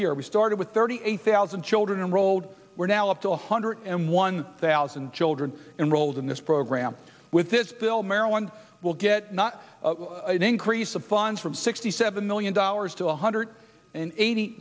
year we started with thirty eight thousand children enrolled we're now up to one hundred and one thousand children in roles in this program with this bill maryland will get not an increase of funds from sixty seven million dollars to one hundred eighty